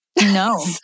No